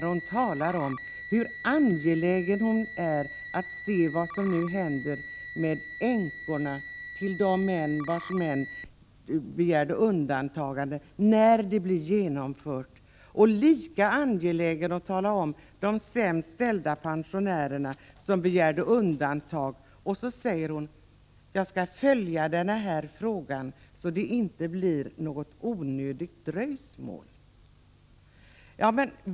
Hon talar om hur angelägen hon är att se vad som nu kommer att hända med de änkor vilkas män begärde undantagande när ATP-systemet genomfördes och med de sämst ställda pensionärer som ställde sig utanför. Därefter säger hon: Jag skall följa den här frågan, så att det inte blir något onödigt dröjsmål.